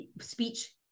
speech